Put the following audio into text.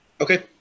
Okay